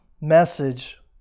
message